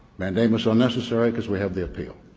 mandamus unnecessary because we have the appeal.